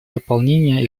выполнения